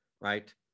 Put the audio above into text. right